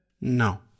No